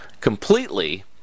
completely